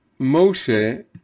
Moshe